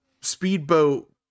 speedboat